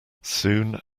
soon